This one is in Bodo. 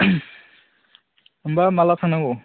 होनबा माला थांनांगौ